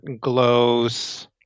glows